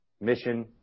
mission